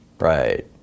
Right